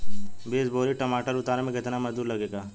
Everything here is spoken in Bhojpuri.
बीस बोरी टमाटर उतारे मे केतना मजदुरी लगेगा?